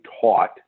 taught